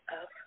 up